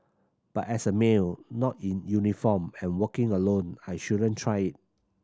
but as a male not in uniform and working alone I shouldn't try it